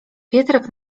pietrek